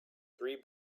three